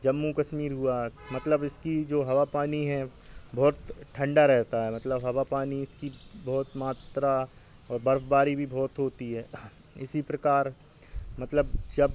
जम्मू कश्मीर हुआ मतलब इसकी जो हवा पानी है बहुत ठंडा रहता है मतलब हवा पानी इसकी बहुत मात्रा बर्फबारी भी बहुत होती है इसी प्रकार मतलब जब